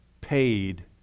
paid